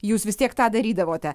jūs vis tiek tą darydavote